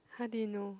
how did you know